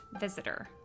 visitor